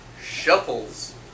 shuffles